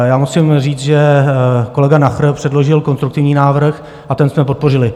Já musím říct, že kolega Nacher předložil konstruktivní návrh a ten jsme podpořili.